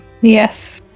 Yes